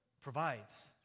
provides